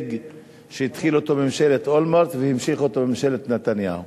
הישג שהתחילה אותו ממשלת אולמרט והמשיכה אותו ממשלת נתניהו,